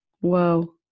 Whoa